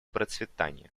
процветание